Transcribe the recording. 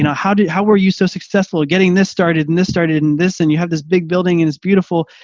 and how did how were you so successful getting this started, and this started in this and you have this big building and it's beautiful.